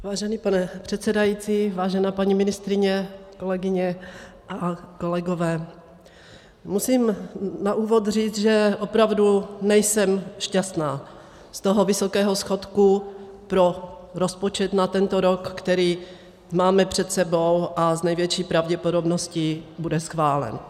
Vážený pane předsedající, vážená paní ministryně, kolegyně, kolegové, musím na úvod říct, že opravdu nejsem šťastná z toho vysokého schodku pro rozpočet na tento rok, který máme před sebou a s největší pravděpodobností bude schválen.